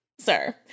sir